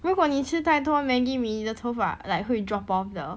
如果你吃太多 Maggi mee 你的头发 like 会 drop off 的